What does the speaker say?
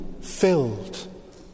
filled